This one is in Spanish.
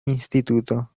instituto